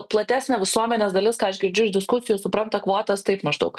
platesnė visuomenės dalis ką aš girdžiu iš diskusijų supranta kvotas taip maždaug